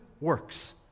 works